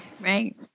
right